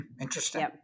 Interesting